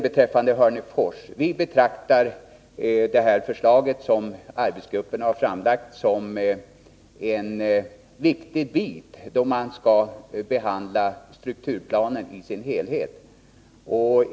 Beträffande Hörnefors betraktar vi det förslag som arbetsgruppen har framlagt som en viktig bit då man skall behandla strukturplanen i dess helhet.